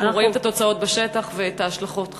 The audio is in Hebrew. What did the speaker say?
אנחנו רואים את התוצאות בשטח ואת ההשלכות החמורות.